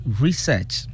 research